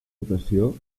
rotació